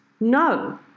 No